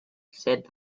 said